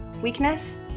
weakness